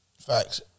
Facts